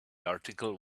article